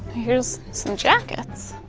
here's some jackets,